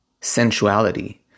sensuality